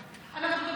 אנחנו,